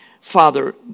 Father